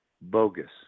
bogus